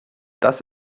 das